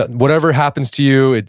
ah and whatever happens to you, and